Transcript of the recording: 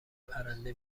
پرنده